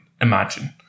imagine